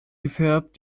gefärbt